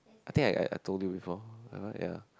I think I I I told you before uh ya